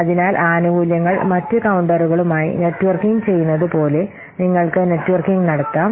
അതിനാൽ ആനുകൂല്യങ്ങൾ മറ്റ് കൌണ്ടറുകളുമായി നെറ്റ്വർക്കിംഗ് ചെയ്യുന്നതുപോലെ നിങ്ങൾക്ക് നെറ്റ്വർക്കിംഗ് നടത്താം